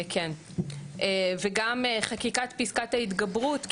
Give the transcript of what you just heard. וגם חקיקת פיסקת ההתגברות,